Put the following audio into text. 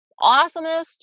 awesomest